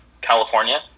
California